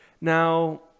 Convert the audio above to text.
Now